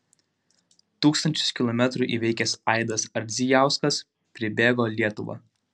tūkstančius kilometrų įveikęs aidas ardzijauskas pribėgo lietuvą